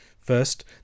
First